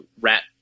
rat